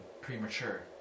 premature